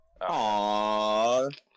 Aww